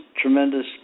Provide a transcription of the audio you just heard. tremendous